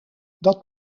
dat